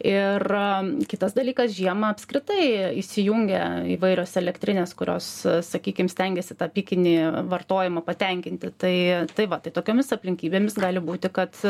ir kitas dalykas žiemą apskritai įsijungia įvairios elektrinės kurios sakykim stengiasi tą pikinį vartojimą patenkinti tai tai va tai tokiomis aplinkybėmis gali būti kad